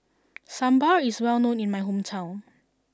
Sambar is well known in my hometown